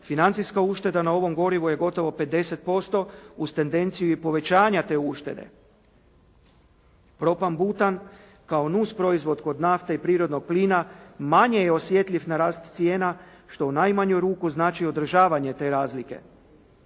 financijska ušteda na ovom gorivu je gotovo 50% uz tendenciju i povećanja te uštede. Propan- butan kao nuz proizvod kod nafte i prirodnog plina manje je osjetljiv na rast cijena što u najmanju ruku znači održavanje te razlike.